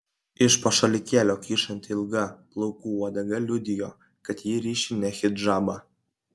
iš po šalikėlio kyšanti ilga plaukų uodega liudijo kad ji ryši ne hidžabą